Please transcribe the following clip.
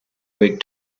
week